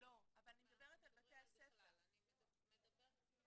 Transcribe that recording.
לא לגילאים האלה.